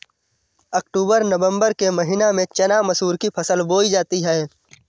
अक्टूबर नवम्बर के महीना में चना मसूर की फसल बोई जाती है?